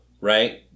right